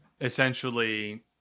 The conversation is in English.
essentially